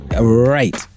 Right